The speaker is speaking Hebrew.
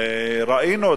ראינו,